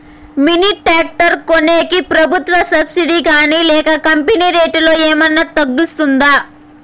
Mini tractor కొనేకి ప్రభుత్వ subsidy గాని లేక కంపెని రేటులో ఏమన్నా తగ్గిస్తుందా?